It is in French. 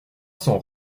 cents